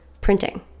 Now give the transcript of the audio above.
printing